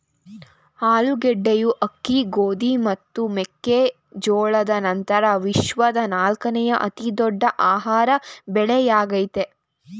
ಆಲೂಗಡ್ಡೆಯು ಅಕ್ಕಿ ಗೋಧಿ ಮತ್ತು ಮೆಕ್ಕೆ ಜೋಳದ ನಂತ್ರ ವಿಶ್ವದ ನಾಲ್ಕನೇ ಅತಿ ದೊಡ್ಡ ಆಹಾರ ಬೆಳೆಯಾಗಯ್ತೆ